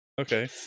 Okay